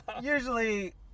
usually